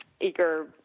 eager